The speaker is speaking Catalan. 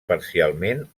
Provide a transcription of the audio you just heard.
parcialment